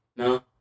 No